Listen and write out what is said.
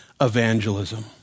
evangelism